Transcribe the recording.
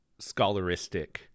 scholaristic